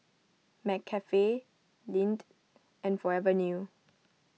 McCafe Lindt and Forever New